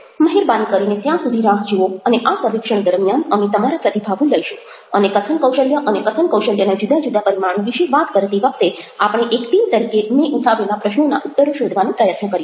મહેરબાની કરીને ત્યાં સુધી રાહ જુઓ અને આ સર્વેક્ષણ દરમિયાન અમે તમારા પ્રતિભાવો લઈશું અને કથન કૌશલ્ય અને કથન કૌશલ્યના જુદા જુદા પરિમાણો વિશે વાત કરતી વખતે આપણે એક ટીમ તરીકે મેં ઉઠાવેલા પ્રશ્નોના ઉત્તરો શોધવાનો પ્રયત્ન કરીશું